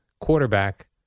quarterback